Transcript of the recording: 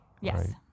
Yes